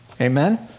Amen